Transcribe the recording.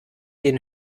den